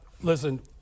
Listen